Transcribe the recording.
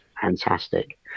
fantastic